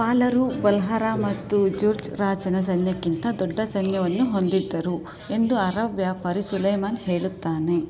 ಪಾಲರು ಬಲ್ಹಾರಾ ಮತ್ತು ಜುರ್ಜ್ ರಾಜನ ಸೈನ್ಯಕ್ಕಿಂತ ದೊಡ್ಡ ಸೈನ್ಯವನ್ನು ಹೊಂದಿದ್ದರು ಎಂದು ಅರಬ್ ವ್ಯಾಪಾರಿ ಸುಲೈಮಾನ್ ಹೇಳುತ್ತಾನೆ